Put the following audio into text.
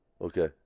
Okay